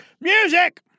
Music